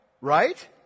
right